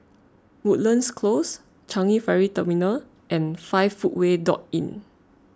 Woodlands Close Changi Ferry Terminal and five Footway dot Inn